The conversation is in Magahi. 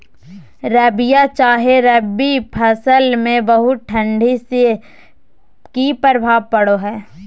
रबिया चाहे रवि फसल में बहुत ठंडी से की प्रभाव पड़ो है?